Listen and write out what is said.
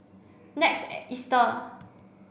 next Easter